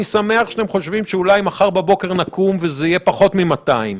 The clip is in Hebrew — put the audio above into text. אני שמח שאתם חושבים שאולי מחר בבוקר נקום וזה יהיה פחות מ-200,